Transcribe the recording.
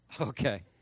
okay